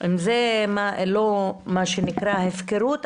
אם זה לא מה שנקרא הפקרות,